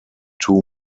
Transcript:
two